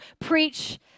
preach